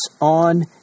on